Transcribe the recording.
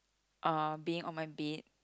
uh being on my bed